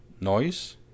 noise